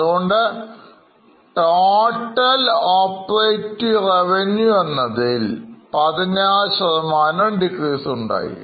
അതുകൊണ്ട് total Operating Revenue എന്നതിൽ16 Decrease ഉണ്ടായി